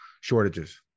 shortages